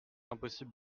impossible